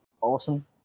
awesome